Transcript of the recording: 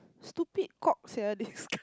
stupid cock sia this guy